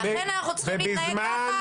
אז לכן אנחנו צריכים להתנהג ככה?